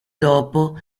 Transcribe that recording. dopo